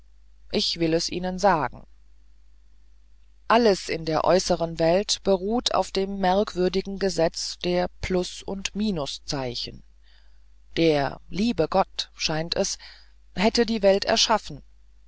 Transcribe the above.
ich will es ihnen sagen alles in der äußeren welt beruht auf dem merkwürdigen gesetz der plus und minus zeichen der liebe gott scheint es hätte die welt erschaffen